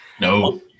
No